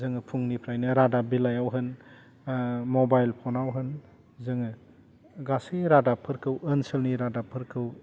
जोङो फुंनिफ्रायनो रादाब बिलाइआव होन मबाइल फनाव होन जोङो गासै रादाबफोरखौ ओनसोलनि रादाबफोरखौ